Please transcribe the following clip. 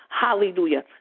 hallelujah